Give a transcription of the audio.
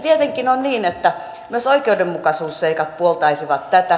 tietenkin on niin että myös oikeudenmukaisuusseikat puoltaisivat tätä